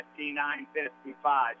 59.55